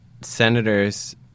senators